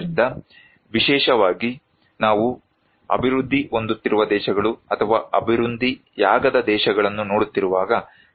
ಆದ್ದರಿಂದ ವಿಶೇಷವಾಗಿ ನಾವು ಅಭಿವೃದ್ಧಿ ಹೊಂದುತ್ತಿರುವ ದೇಶಗಳು ಅಥವಾ ಅಭಿವೃದ್ಧಿಯಾಗದ ದೇಶಗಳನ್ನು ನೋಡುತ್ತಿರುವಾಗ